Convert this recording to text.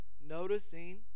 noticing